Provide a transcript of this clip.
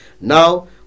Now